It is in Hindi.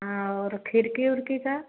हाँ और खिड़की उड़की का